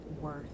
worth